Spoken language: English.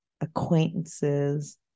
acquaintances